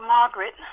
Margaret